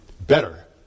better